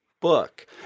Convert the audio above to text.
book